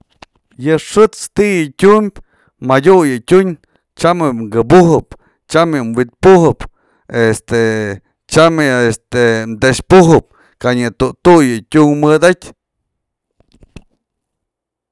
Yë xë'ët's ti'i yë tyumbë, madyu yë tyun tyam yë këbujëp, tyam yë wi'it pujëp este, tyam yë este te'ex pujëp, kanyë tu'utu yë nya tunk mëdatyë.